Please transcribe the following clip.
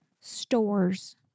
stores